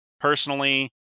personally